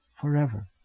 forever